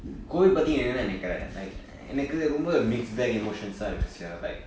COVID பத்தி என்ன நினைக்கிற எனக்கு ரொம்ப:paththi enna ninaikire enakku romba mixed back emotions இருக்கு:irukku sia like